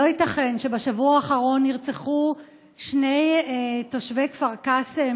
לא ייתכן שבשבוע האחרון נרצחו שני תושבי כפר קאסם,